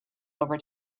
over